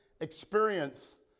experience